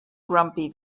grumpy